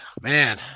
Man